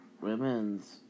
Women's